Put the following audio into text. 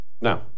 Now